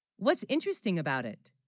what's interesting, about it